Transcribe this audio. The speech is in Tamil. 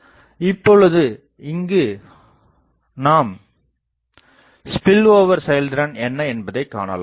இப்பொழுது இங்கு நாம் ஸ்பில்ஓவர் செயல்திறன் என்ன என்பதைக் காணலாம்